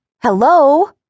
Hello